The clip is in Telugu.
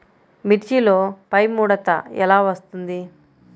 మిర్చిలో పైముడత ఎలా వస్తుంది?